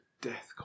death